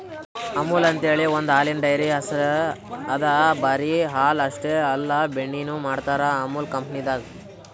ಅಮುಲ್ ಅಂಥೇಳಿ ಒಂದ್ ಹಾಲಿನ್ ಡೈರಿ ಹೆಸ್ರ್ ಅದಾ ಬರಿ ಹಾಲ್ ಅಷ್ಟೇ ಅಲ್ಲ ಬೆಣ್ಣಿನು ಮಾಡ್ತರ್ ಅಮುಲ್ ಕಂಪನಿದಾಗ್